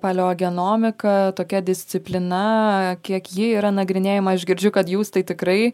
paliogenomika tokia disciplina kiek ji yra nagrinėjama aš girdžiu kad jūs tai tikrai